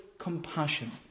compassion